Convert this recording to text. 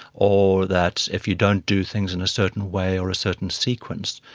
or that if you don't do things in a certain way, or a certain sequence,